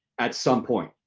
at some point,